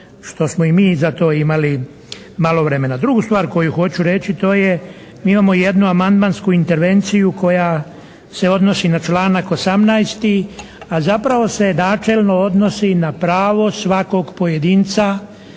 što smo i mi za to imali malo vremena. Drugu stvar koju hoću reći to je mi imamo jednu amandmansku intervenciju koja se odnosi na članak 18. a zapravo se načelno odnosi na pravo svakog pojedinca